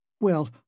Well